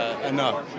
Enough